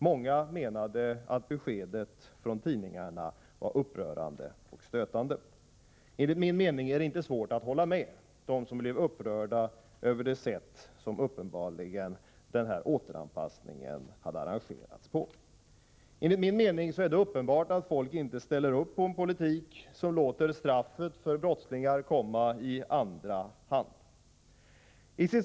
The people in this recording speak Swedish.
Många menade att beskedet i tidningarna var upprörande och stötande. Enligt min mening är det inte svårt att hålla med dem som blev upprörda över det sätt på vilket den här återanpassningen hade arrangerats. Det är uppenbart att folk inte ställer upp på en politik som låter straffet för brottslingar komma i andra hand. Herr talman!